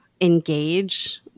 engage